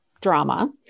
drama